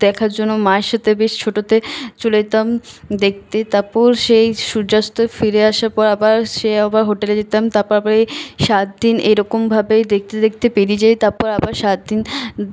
দেখার জন্য মায়ের সাথে বেশ ছোটতে চলে যেতাম দেখতে তারপর সেই সূর্যাস্ত ফিরে আসার পর আবার সেই আবার হোটেলে যেতাম তারপর আবার সাতদিন এইরকমভাবে দেখতে দেখতে পেরিয়ে যায় তারপর আবার সাতদিন